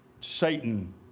Satan